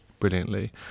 Brilliantly